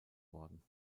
worden